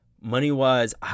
Money-wise